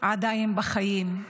עדיין בחיים.